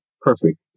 perfect